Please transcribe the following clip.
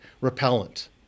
repellent